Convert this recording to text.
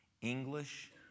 English